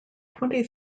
twenty